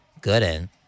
Gooden